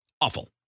Awful